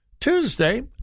Tuesday